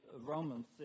Romans